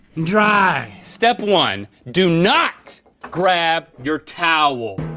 dry! step one, do not grab your towel.